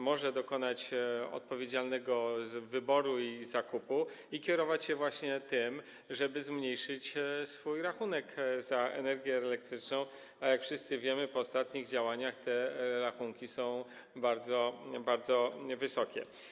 Może dokonać odpowiedzialnego wyboru i zakupu i kierować się właśnie tym, żeby zmniejszyć swój rachunek za energię elektryczną, a jak wszyscy wiemy, po ostatnich działaniach te rachunki są bardzo wysokie.